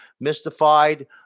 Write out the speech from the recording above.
mystified